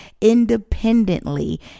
independently